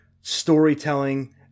storytelling